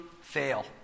fail